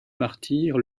martyr